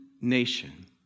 nation